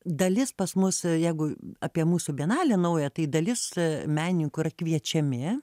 dalis pas mus jeigu apie mūsų bienalę naują tai dalis menininkų yra kviečiami